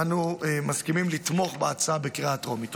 אנו מסכימים לתמוך בהצעה בקריאה טרומית.